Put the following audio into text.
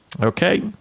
Okay